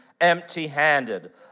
empty-handed